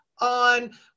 on